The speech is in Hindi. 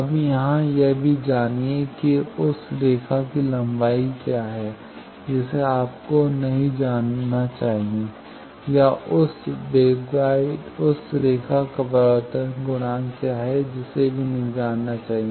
अब यहां यह भी जानिए कि उस रेखा की लंबाई क्या है जिसे आपको नहीं जानना चाहिए या उस रेखा का परावर्तन गुणांक क्या है जिसे भी नहीं जानना चाहिए